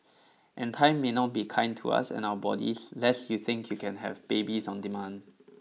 and time may not be kind to us and our bodies lest you think you can have babies on demand